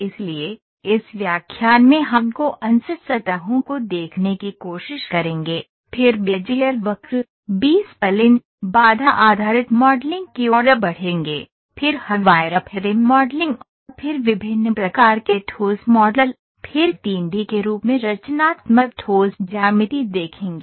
इसलिए इस व्याख्यान में हम कॉन्स सतहों को देखने की कोशिश करेंगे फिर बेजियर वक्र बी स्प्लिन कौनट्न आधारित मॉडलिंग की ओर बढ़ेंगे फिर हम वायरफ्रेम मॉडलिंग फिर विभिन्न प्रकार के ठोस मॉडल फिर 3 डी के रूप में रचनात्मक ठोस ज्यामिति देखेंगे